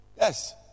Yes